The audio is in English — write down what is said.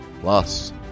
Plus